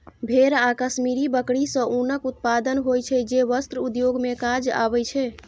भेड़ आ कश्मीरी बकरी सं ऊनक उत्पादन होइ छै, जे वस्त्र उद्योग मे काज आबै छै